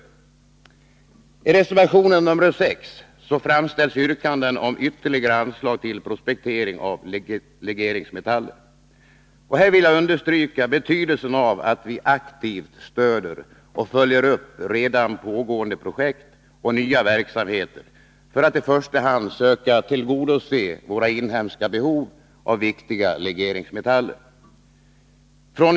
I reservation 6 framställs yrkanden om ytterligare anslag till prospektering av legeringsmetaller. Här vill jag understryka betydelsen av att vi aktivt stöder och följer upp redan pågående projekt och nya verksamheter, för att i första hand försöka tillgodose våra inhemska behov av viktiga legeringsmetaller.